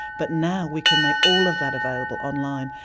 but now we can make all of that available online.